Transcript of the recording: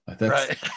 Right